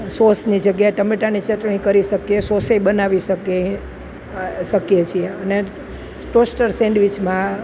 સોસની જગ્યાએ ટમેટાની ચટણી કરી શકીએ સોસે બનાવી શકીએ શકીએ છીએ અને સ્ટોસ્ટર સેન્ડવિચમાં